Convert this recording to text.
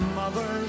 mother